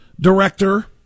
director